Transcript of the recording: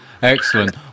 Excellent